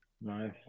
Nice